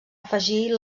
afegir